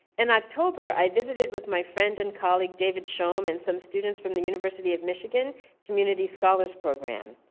in october, i visited with my friend and colleague, david shom, and some students from the university of michigan community scholars program.